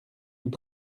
nous